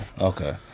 Okay